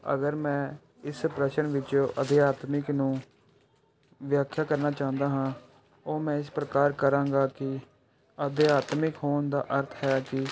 ਅਗਰ ਮੈਂ ਇਸ ਪ੍ਰਸ਼ਨ ਵਿੱਚੋਂ ਅਧਿਆਤਮਿਕ ਨੂੰ ਵਿਆਖਿਆ ਕਰਨਾ ਚਾਹੁੰਦਾ ਹਾਂ ਉਹ ਮੈਂ ਇਸ ਪ੍ਰਕਾਰ ਕਰਾਂਗਾ ਕਿ ਅਧਿਆਤਮਿਕ ਹੋਣ ਦਾ ਅਰਥ ਹੈ ਕਿ